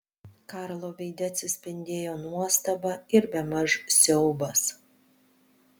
karlo veide atsispindėjo nuostaba ir bemaž siaubas